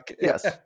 yes